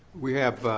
we have,